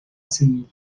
civil